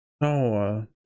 No